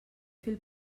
fil